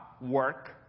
work